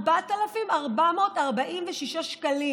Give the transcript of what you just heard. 4,446 שקלים,